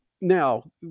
Now